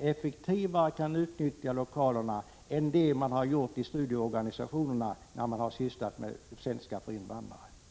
effektivare kan utnyttja lokalerna än vad man har gjort när man har sysslat med svenska för invandrare?